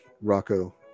Rocco